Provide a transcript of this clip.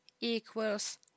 equals